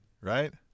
right